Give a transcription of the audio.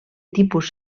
tipus